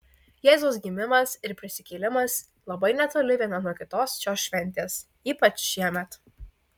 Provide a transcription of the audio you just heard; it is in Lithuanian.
jėzaus gimimas ir prisikėlimas labai netoli viena nuo kitos šios šventės ypač šiemet